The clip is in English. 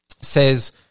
says